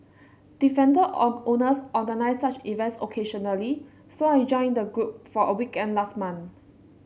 defender owners organise such events occasionally so I joined the group for a weekend last month